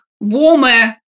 warmer